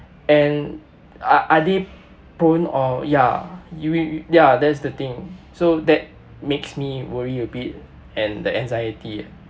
and are are they prone or ya you you ya that's the thing so that makes me worry a bit and the anxiety